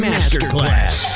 Masterclass